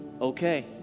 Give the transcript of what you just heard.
okay